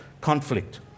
conflict